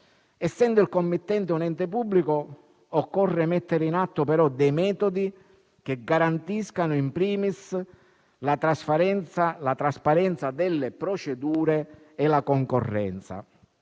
Essendo il committente un ente pubblico, occorre però mettere in atto dei metodi che garantiscano *in primis* la trasparenza delle procedure e la concorrenza.